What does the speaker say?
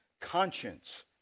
conscience